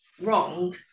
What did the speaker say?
wrong